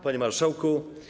Panie Marszałku!